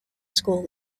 school